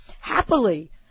happily